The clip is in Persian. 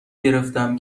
گرفتم